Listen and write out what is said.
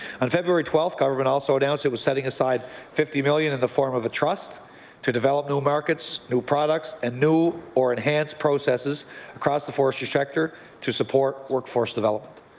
on february twelfth government also announced it was setting aside fifty million in the form of a trust to develop new markets, new products, and new or enhanced process across the forestry sector to support workforce development.